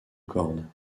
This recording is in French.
cordes